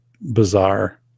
bizarre